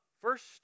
First